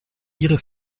ihre